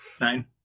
nine